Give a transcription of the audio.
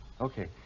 Okay